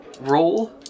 roll